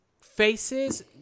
faces